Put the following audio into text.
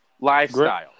Lifestyle